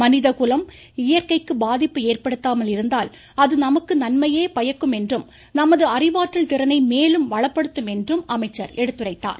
மனிதகுலம் இயற்கைக்கு பாதிப்பு ஏற்படுத்தாமல் இருந்தால் அது நமக்கு நன்மையை பயக்கும் என்றும் நமது அறிவாற்றல் திறனை மேலும் வளப்படுத்தும் என்றும் எடுத்துரைத்தார்